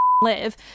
Live